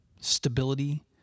stability